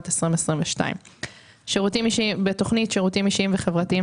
2022. בתוכנית שירותים אישיים וחברתיים,